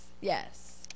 Yes